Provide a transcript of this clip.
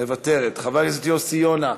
מוותרת, חבר הכנסת יוסי יונה,